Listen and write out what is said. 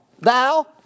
Thou